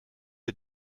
est